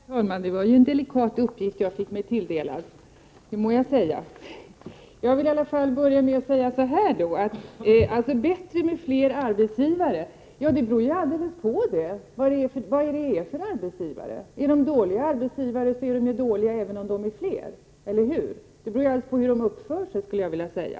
Herr talman! Det var ju en delikat uppgift som jag fick mig tilldelad, det må jag säga. Att det skulle vara bättre med fler arbetsgivare — ja, det beror alldeles på vad det är för arbetsgivare. Är det dåliga arbetsgivare, så är de ju dåliga även om de är fler. Det beror alldeles på hur de uppför sig, skulle jag vilja säga.